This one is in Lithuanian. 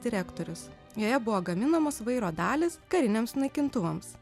direktorius joje buvo gaminamos vairo dalys kariniams naikintuvams